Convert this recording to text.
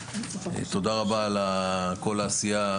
תודה רבה על כל העשייה,